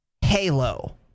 Halo